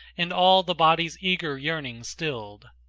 and all the body's eager yearnings stilled.